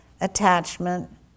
attachment